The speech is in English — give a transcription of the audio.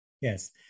Yes